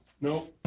No